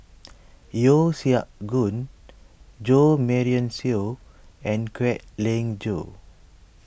Yeo Siak Goon Jo Marion Seow and Kwek Leng Joo